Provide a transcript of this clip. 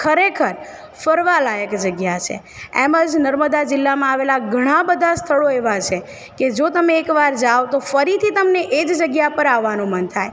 ખરેખર ફરવાં લાયક જગ્યા છે એમ જ નર્મદા જિલ્લામાં આવેલા ઘણાં બધાં સ્થળો એવાં છે કે જો તમે એક વાર જાઓ તો ફરીથી તમને એ જ જગ્યા પર આવવાનું મન થાય